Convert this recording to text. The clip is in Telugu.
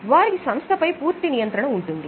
వారికి సంస్థ పై పూర్తి నియంత్రణ ఉంటుంది